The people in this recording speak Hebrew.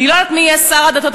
אני לא יודעת מי יהיה שר הדתות,